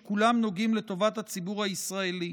שכולם נוגעים לטובת הציבור הישראלי.